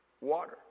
water